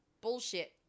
bullshit